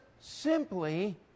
simply